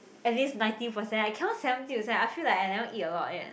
at least ninety percent I cannot seventy percent I feel like I never eat a lot yet